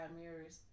mirrors